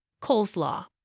coleslaw